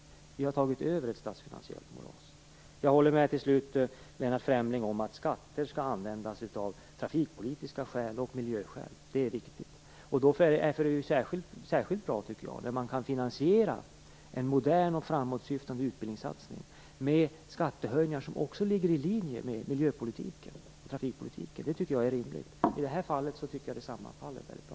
Vi har tagit över ett statsfinansiellt moras. Jag håller med Lennart Fremling om att skatter skall användas av trafikpolitiska skäl och miljöskäl. Det är viktigt. Särskilt bra är det om man kan finansiera en modern och framåtsyftande utbildningssatsning med skattehöjningar som också ligger i linje med miljöpolitiken och trafikpolitiken. Det är rimligt. I det här fallet tycker jag att det sammanfaller väldigt bra.